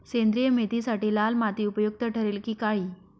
सेंद्रिय मेथीसाठी लाल माती उपयुक्त ठरेल कि काळी?